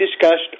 discussed